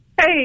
Hey